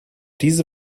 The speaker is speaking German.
diese